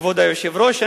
כבוד היושב-ראש.